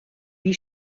wie